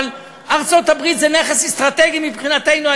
אבל ארצות-הברית זה נכס אסטרטגי מבחינתנו,